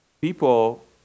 people